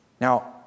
Now